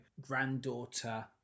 granddaughter